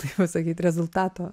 kaip pasakyt rezultato